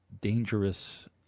dangerous